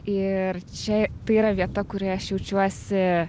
ir čia tai yra vieta kurioj aš jaučiuosi